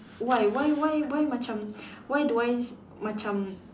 why why why why macam why do I macam